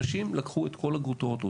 אנשים לקחו את כל הגרוטאות,